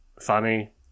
funny